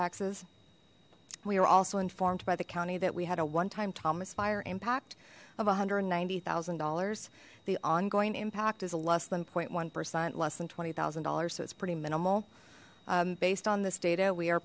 taxes we are also informed by the county that we had a one time thomas fire impact of one hundred and ninety thousand dollars the ongoing impact is less than zero one percent less than twenty thousand dollars so it's pretty minimal based on this data we